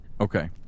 Okay